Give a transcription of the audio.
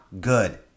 good